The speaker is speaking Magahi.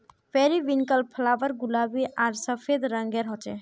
पेरिविन्कल फ्लावर गुलाबी आर सफ़ेद रंगेर होचे